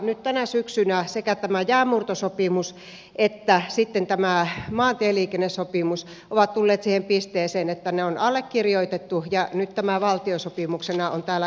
nyt tänä syksynä sekä jäänmurtosopimus että maantieliikennesopimus ovat tulleet siihen pisteeseen että ne on allekirjoitettu ja nyt tämä valtiosopimuksena on täällä eduskunnassa käsiteltävänä